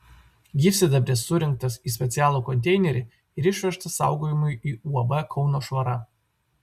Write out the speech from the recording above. gyvsidabris surinktas į specialų konteinerį ir išvežtas saugojimui į uab kauno švara